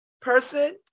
person